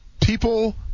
People